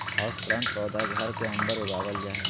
houseplant पौधा घर के अंदर उगावल जा हय